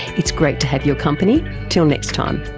it's great to have your company, till next time